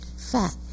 fat